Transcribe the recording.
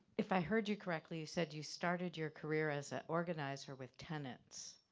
if i heard you correctly, you said you started your career as a organizer with tenants.